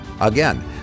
Again